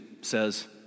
says